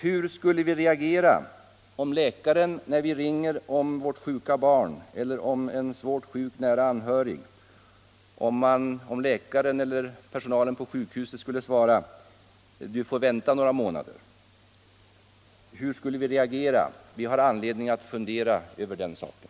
Hur skulle vi reagera om läkaren eller personalen på sjukhuset när vi ringer om vårt sjuka barn eller någon annan svårt sjuk nära anhörig, skulle svara: Du får vänta några månader! Hur skulle vi reagera? Vi har anledning att fundera över den saken.